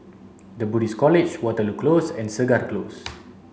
the Buddhist College Waterloo Close and Segar Close